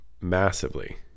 massively